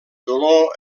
dolor